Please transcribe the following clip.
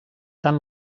tant